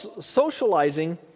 socializing